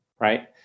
right